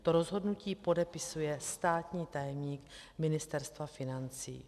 To rozhodnutí podepisuje státní tajemník Ministerstva financí.